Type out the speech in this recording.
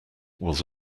was